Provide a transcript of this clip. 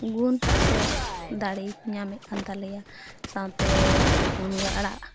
ᱜᱩᱱ ᱥᱮ ᱫᱟᱲᱮᱭ ᱧᱟᱢᱮᱜ ᱠᱟᱱ ᱛᱟᱞᱮᱭᱟ ᱥᱟᱶᱛᱮ ᱢᱩᱱᱜᱟᱹ ᱟᱲᱟᱜ